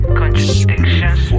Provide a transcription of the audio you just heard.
contradictions